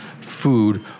food